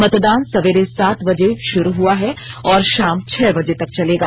मतदान सवेरे सात बजे शुरू हुआ है और शाम छह बजे तक चलेगा